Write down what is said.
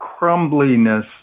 crumbliness